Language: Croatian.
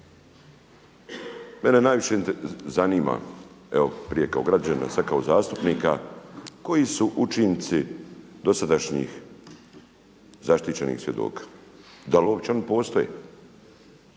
Mene najviše zanima, evo prije kao građanina, sada kao zastupnika, koji su učinci dosadašnjih zaštićenih svjedoka? Da li oni uopće postoje?